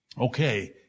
Okay